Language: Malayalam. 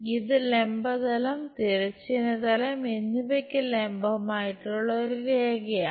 ഇത് ലംബ തലം തിരശ്ചീന തലം എന്നിവയ്ക്ക് ലംബമായിട്ടുള്ള ഒരു രേഖയാണ്